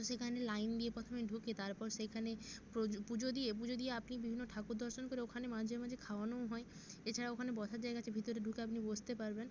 তো সেখানে লাইন দিয়ে পথমে ঢুকে তারপর সেখানে প্রজ পুজো দিয়ে পুজো দিয়ে আপনি বিভিন্ন ঠাকুর দর্শন করে ওখানে মাঝে মাঝে খাওয়ানোও হয় এছাড়া ওখানে বসার জায়গা আছে ভিতরে ঢুকে আপনি বসতে পারবেন